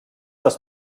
das